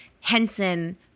Henson